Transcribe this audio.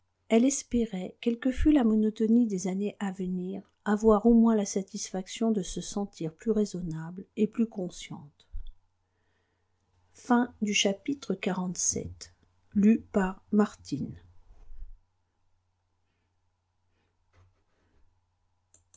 elle espérait quelle que fût la monotonie des années à venir avoir au moins la satisfaction de se sentir plus raisonnable et plus consciente